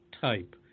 type